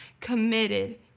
committed